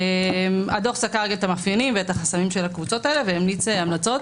הדוח סקר את המאפיינים ואת החסמים של הקבוצות האלה והמליץ המלצות